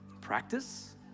practice